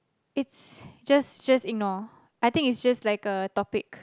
it's just just ignore I think it's just like a topic